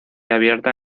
abierta